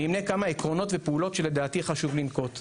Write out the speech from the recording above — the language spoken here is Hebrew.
אני אמנה כמה עקרונות ופעולות שלדעתי חשוב לנקוט.